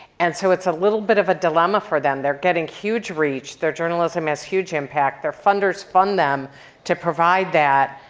and so it's a little bit of a dilemma for them. they're getting huge reach. their journalism has huge impact. their funders fund them to provide that,